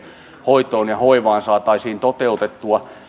hoitoon ja hoivaan saataisiin toteutettua